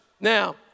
Now